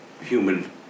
human